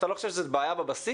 אתה לא חושב שזאת בעיה בבסיס?